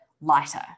lighter